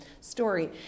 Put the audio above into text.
story